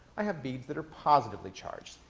i have beads that are positively charged.